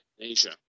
Asia